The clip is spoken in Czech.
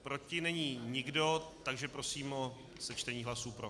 Proti není nikdo, takže prosím o sečtení hlasů pro. .